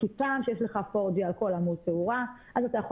כי פעם שיש לך G4 על כל עמוד תאורה אז אתה יכול